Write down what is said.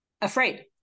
afraid